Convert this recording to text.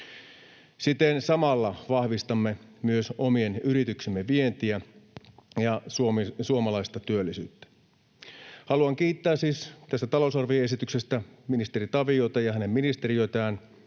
Siten samalla vahvistamme myös omien yrityksiemme vientiä ja suomalaista työllisyyttä. Haluan kiittää siis tästä talousarvioesityksestä ministeri Taviota ja hänen ministeriötään